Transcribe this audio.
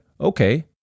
okay